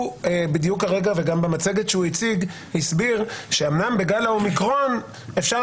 במצגת הוא הציג הסביר שאומנם בגל האומיקרון אפשר